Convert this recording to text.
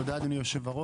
תודה, אדוני היושב-ראש.